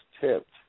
tipped